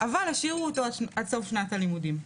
אבל השאירו אותו עד סוף שנת הלימודים.